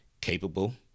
capable